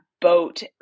boat